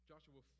Joshua